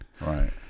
Right